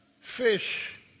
fish